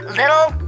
little